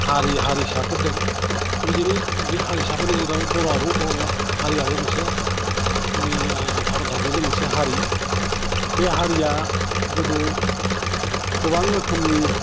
हारि हारिसाफोद दों बिबायदिनो बि हारिसाफोरनि गेजेराव बर'आबो बर' हारियाबो मोनसे जोंनि भारत हादरनि मोनसे हारि बे हारिया गोदो गोबां रोखोमनि